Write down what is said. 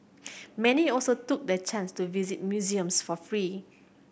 many also took the chance to visit museums for free